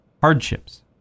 hardships